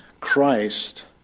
Christ